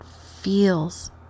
feels